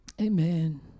amen